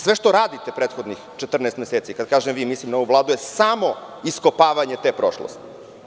Sve što radite prethodnih 14 meseci, kad kažem „vi“, mislim na ovu Vladu, je samo iskopavanje te prošlosti.